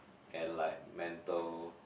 and like mental